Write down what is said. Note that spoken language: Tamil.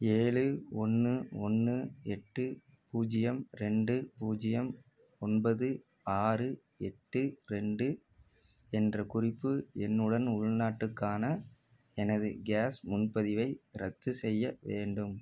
ஏழு ஒன்று ஒன்று எட்டு பூஜ்ஜியம் ரெண்டு பூஜ்ஜியம் ஒன்பது ஆறு எட்டு ரெண்டு என்ற குறிப்பு எண்ணுடன் உள்நாட்டுக்கான எனது கேஸ் முன்பதிவை ரத்து செய்ய வேண்டும்